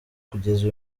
kugeza